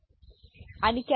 हे काम करणे आहे ठीक आहे